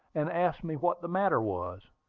and asked me what the matter was.